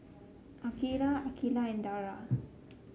Aqilah Aqilah and Dara